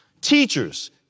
Teachers